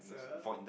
it's a